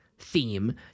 theme